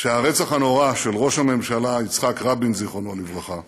שהרצח הנורא של ראש המשלה יצחק רבין זיכרונו לברכה